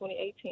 2018